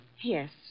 Yes